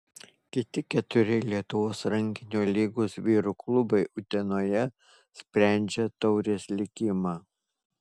kiti keturi lietuvos rankinio lygos vyrų klubai utenoje sprendžia taurės likimą